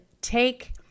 take